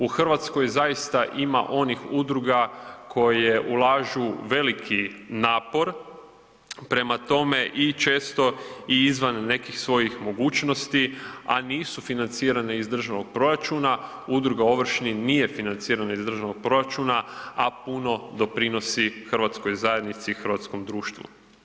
U Hrvatskoj zaista ima onih udruga koje ulažu veliki napor prema tome i često i izvan nekih svojih mogućnosti, a nisu financirane iz državnog proračuna, udruga „Ovršni“ nije financirana iz državnog proračuna, a puno doprinosi hrvatskoj zajednici i hrvatskom društvu.